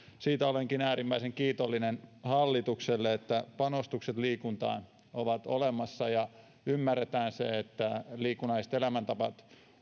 siitä olenkin äärimmäisen kiitollinen hallitukselle että panostukset liikuntaan ovat olemassa ja ymmärretään se että liikunnalliset elämäntavat